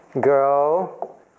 girl